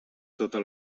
tota